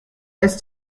ist